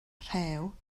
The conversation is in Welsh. rhew